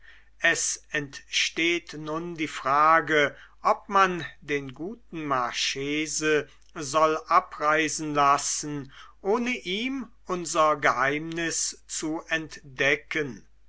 es entsteht nun die frage ob man den guten marchese soll abreisen lassen ohne ihm unser geheimnis zu entdecken